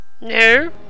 No